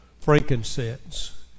Frankincense